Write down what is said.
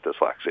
dyslexia